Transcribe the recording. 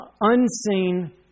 unseen